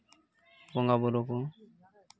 ᱵᱚᱸᱜᱟ ᱵᱳᱨᱳ ᱠᱚ